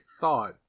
thought